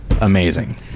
amazing